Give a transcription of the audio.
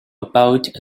about